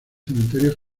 cementerio